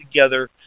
together